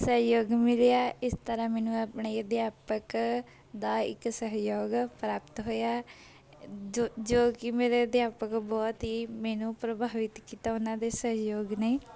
ਸਹਿਯੋਗ ਮਿਲਿਆਂ ਇਸ ਤਰ੍ਹਾਂ ਮੈਨੂੰ ਆਪਣੇ ਅਧਿਆਪਕ ਦਾ ਇੱਕ ਸਹਿਯੋਗ ਪ੍ਰਾਪਤ ਹੋਇਆ ਜੋ ਜੋ ਕਿ ਮੇਰੇ ਅਧਿਆਪਕ ਬਹੁਤ ਹੀ ਮੈਨੂੰ ਪ੍ਰਭਾਵਿਤ ਕੀਤਾ ਉਹਨਾਂ ਦੇ ਸਹਿਯੋਗ ਨੇ